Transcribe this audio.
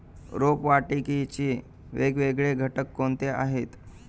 रोपवाटिकेचे वेगवेगळे घटक कोणते आहेत?